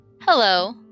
Hello